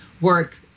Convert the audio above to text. work